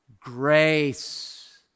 grace